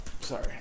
Sorry